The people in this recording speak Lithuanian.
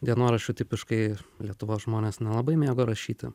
dienoraščių tipiškai ir lietuvos žmonės nelabai mėgo rašyti